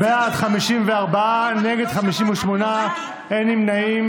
ועדת החוץ והביטחון בעקבות דיון מהיר בהצעתם של חברי הכנסת מיכל רוזין,